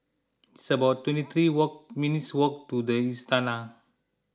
it's about twenty three walk minutes' walk to the Istana